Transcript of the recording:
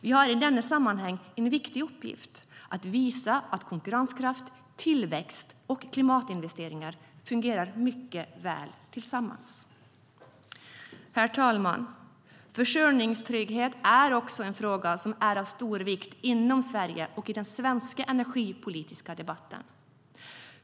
Vi har i detta sammanhang en viktig uppgift att visa att konkurrenskraft, tillväxt och klimatinvesteringar fungerar mycket väl tillsammans. Herr talman! Försörjningstrygghet är också en fråga som är av stor vikt inom Sverige och i den svenska energipolitiska debatten.